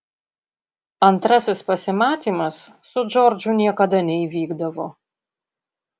antrasis pasimatymas su džordžu niekada neįvykdavo